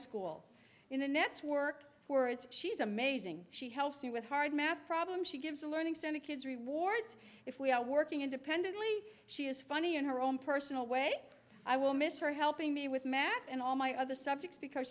school in the nets work words she's amazing she helps me with hard math problems she gives a learning center kids rewards if we are working independently she is funny in her own personal way i will miss her helping me with math and all my other subjects because